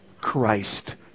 Christ